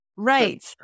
Right